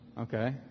Okay